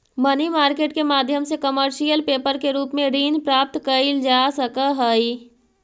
money market के माध्यम से कमर्शियल पेपर के रूप में ऋण प्राप्त कईल जा सकऽ हई